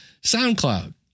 SoundCloud